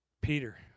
Peter